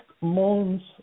months